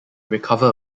recover